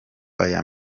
aya